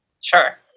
Sure